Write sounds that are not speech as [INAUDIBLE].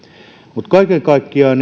mutta kaiken kaikkiaan [UNINTELLIGIBLE]